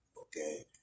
Okay